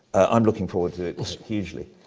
i'm looking forward to this hugely.